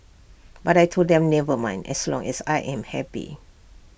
but I Told them never mind as long as I am happy